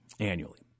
Annually